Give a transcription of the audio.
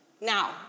Now